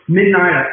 midnight